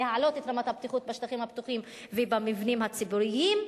להעלות את רמת הבטיחות בשטחים הפתוחים ובמבנים הציבוריים.